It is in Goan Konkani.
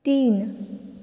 तीन